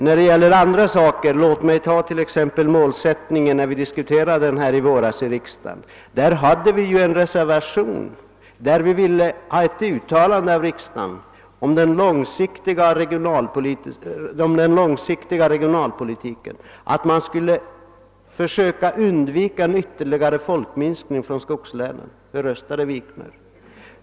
När riksdagen i våras diskuterade målsättningen hade vi avgivit en reservation, i vilken vi hemställde om ett uttalande av riksdagen om den långsiktiga regionalpolitiken. Vi ville att man skulle söka undvika en ytterligare folkminskning i skogslänen. Hur röstade herr Wikner den gången?